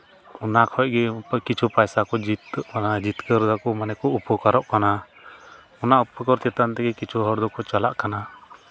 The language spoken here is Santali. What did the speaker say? ᱚᱱᱟ ᱠᱷᱚᱡ ᱜᱮ ᱠᱤᱪᱷᱩ ᱯᱚᱭᱥᱟ ᱠᱚ ᱡᱤᱛᱠᱟᱹᱨᱚᱜ ᱠᱟᱱᱟ ᱡᱤᱛᱠᱟᱹᱨ ᱫᱟᱠᱚ ᱢᱟᱱᱮ ᱠᱚ ᱩᱯᱚᱠᱟᱨᱚᱜ ᱠᱟᱱᱟ ᱚᱱᱟ ᱩᱯᱚᱠᱟᱨ ᱪᱮᱛᱟᱱ ᱛᱮᱜᱮ ᱠᱤᱪᱷᱩ ᱦᱚᱲ ᱫᱚᱠᱚ ᱪᱟᱞᱟᱜ ᱠᱟᱱᱟ